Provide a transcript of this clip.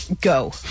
go